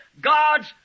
God's